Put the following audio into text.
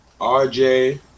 RJ –